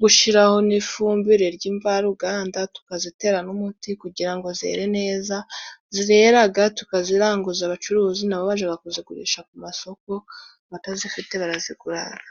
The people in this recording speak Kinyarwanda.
gushiraho n'ifumbire ry'imvaruganda tukazitera n'umuti kugira ngo zere neza, zireraga tukaziranguza abacuruzi na bo bakaja kuzigurisha ku masoko, abatazifite baraziguraga.